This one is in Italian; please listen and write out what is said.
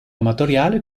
amatoriale